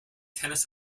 tennis